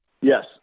Yes